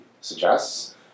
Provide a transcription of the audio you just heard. suggests